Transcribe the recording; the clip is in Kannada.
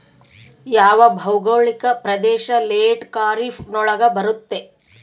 ಯಾವ ಭೌಗೋಳಿಕ ಪ್ರದೇಶ ಲೇಟ್ ಖಾರೇಫ್ ನೊಳಗ ಬರುತ್ತೆ?